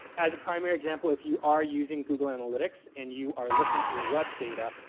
as a primary example, if you are using google analytics and you are looking at your web data.